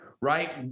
right